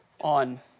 on